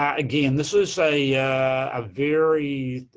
ah again, this is a yeah ah very,